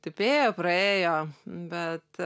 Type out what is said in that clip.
taip ėjo praėjo bet